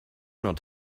not